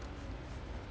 legit meh